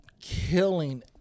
killing